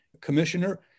commissioner